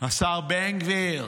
השר בן גביר,